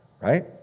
right